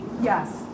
Yes